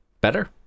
Better